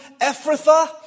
Ephrathah